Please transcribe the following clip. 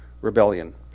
rebellion